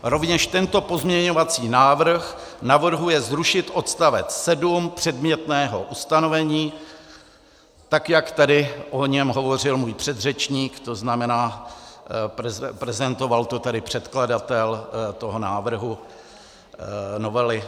Rovněž tento pozměňovací návrh navrhuje zrušit odstavec 7 předmětného ustanovení, tak jak tady o něm hovořil můj předřečník, tzn. prezentoval to tady předkladatel toho návrhu novely.